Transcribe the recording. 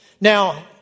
Now